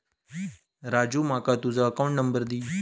राजू माका तुझ account number दी